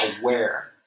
aware